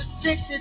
addicted